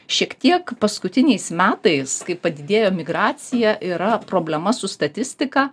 šiek tiek paskutiniais metais kai padidėjo emigracija yra problema su statistika